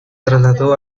trasladó